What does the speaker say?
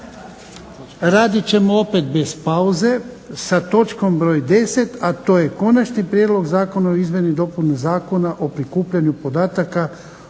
raditi ćemo opet bez pauze sa točkom broj 10. a to je Konačni prijedlog zakona o izmjeni i dopuni Zakona o prikupljanju podataka